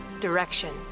Direction